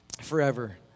forever